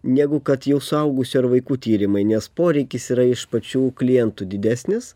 negu kad jau suaugusių ar vaikų tyrimai nes poreikis yra iš pačių klientų didesnis